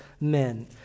men